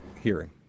hearing